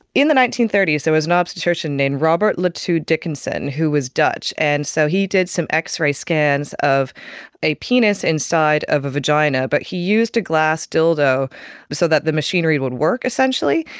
in the nineteen thirty s there was an obstetrician named robert latou dickinson who was dutch, and so he did some x-ray scans of a penis inside a vagina, but he used a glass dildo so that the machinery would work essentially,